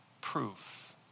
proof